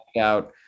out